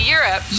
Europe